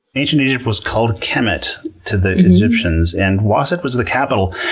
ancient egypt was called kemet to the egyptians and waset was the capital.